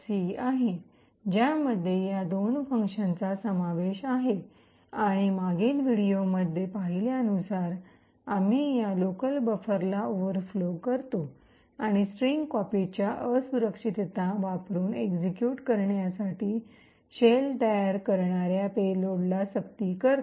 c आहे ज्यामध्ये या दोन फंक्शन्सचा समावेश आहे आणि मागील व्हिडिओमध्ये पाहिल्यानुसार आम्ही या लोकल बफरला ओव्हरफ्लो करतो आणि स्ट्रिंग कॉपीच्या असुरक्षितता वापरून एक्सिक्यूट करण्यासाठी शेल तयार करणाऱ्या पेलोडला सक्ती करते